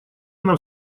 нам